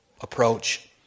approach